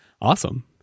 awesome